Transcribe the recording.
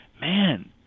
man